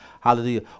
Hallelujah